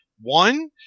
One